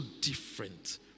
different